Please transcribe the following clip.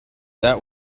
that